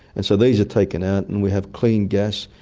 and so these are taken out and we have clean gas.